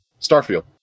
Starfield